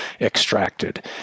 extracted